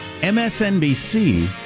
MSNBC